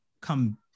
come